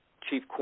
chief